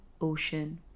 ocean